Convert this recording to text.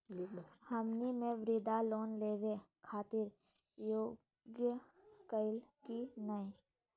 हमनी के मुद्रा लोन लेवे खातीर योग्य हई की नही?